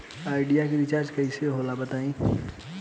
Idea के recharge कइसे होला बताई?